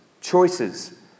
choices